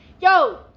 yo